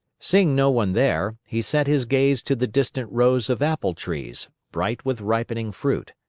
seeing no one there, he sent his gaze to the distant rows of apple trees, bright with ripening fruit.